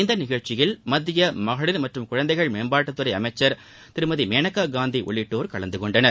இந்நிகழ்ச்சியில் மத்திய மகளிர் மற்றும் குழந்தைகள் மேம்பாட்டுத் துறை அமைச்சர் திருமதி மேனகா காந்தி உள்ளிட்டோர் கலந்து கொண்டனர்